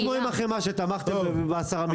בדיוק כמו עם החמאה, שתמכתם בהסרה מפיקוח.